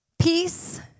Peace